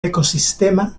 ecosistema